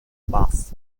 box